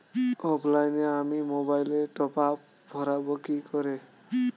অফলাইনে আমি মোবাইলে টপআপ ভরাবো কি করে?